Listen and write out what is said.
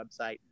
website